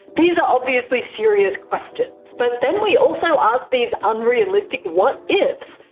these are obviously serious questions. but then, we also ask these unrealistic what ifs?